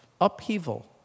Upheaval